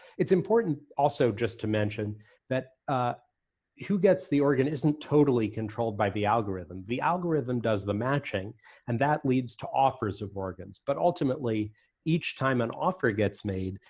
it's important also just to mention that ah who gets the organ isn't totally controlled by the algorithm. the algorithm does the matching and that leads to offers of organs. but ultimately each time an offer gets made,